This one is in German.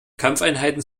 kampfeinheiten